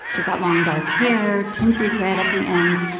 she's got long dark hair, tinted red at the ends.